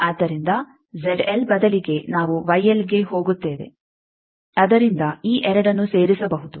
ಆದ್ದರಿಂದ ಬದಲಿಗೆ ನಾವು ಗೆ ಹೋಗುತ್ತೇವೆ ಅದರಿಂದ ಈ 2ಅನ್ನು ಸೇರಿಸಬಹುದು